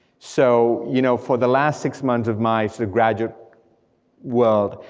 so you know for the last six months of my graduate world,